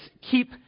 keep